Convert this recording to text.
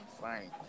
fine